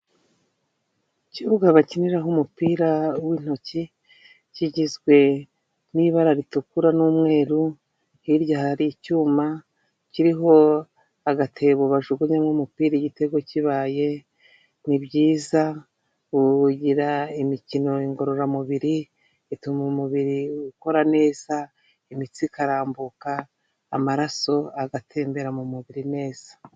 Ikibuga bakiniraho umupira w'intoki kigizwe n'ibara ritukura n'umweru, hirya hari icyuma kiriho agatebo bajugunyamo umupira igitego kibaye ni byiza kugira imikino ngororamubiri ituma umubiri ukora neza imitsi ikarambuka, amaraso agatembera mu mubiri neza.